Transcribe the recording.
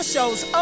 Shows